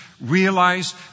Realize